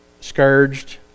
scourged